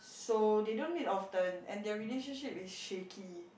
so they don't meet often and their relationship is shaky